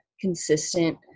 consistent